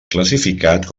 classificat